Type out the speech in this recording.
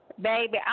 Baby